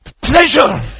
pleasure